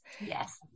Yes